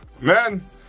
Man